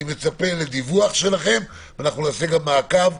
אני מצפה לדיווח שלכם ואנחנו נקיים גם מעקב.